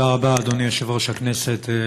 תודה רבה, אדוני יושב-ראש הכנסת.